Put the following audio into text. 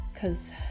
cause